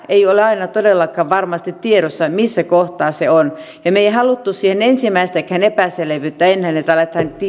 ei ole ole aina todellakaan varmasti tiedossa missä kohtaa se purkuputken pää on me emme halunneet siihen ensimmäistäkään epäselvyyttä että aletaan